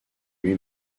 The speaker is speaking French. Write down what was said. lui